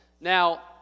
Now